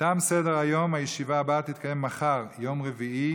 העשרים-ושתיים (הוראות מיוחדות לעניין ועדת הבחירות),